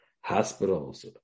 hospitals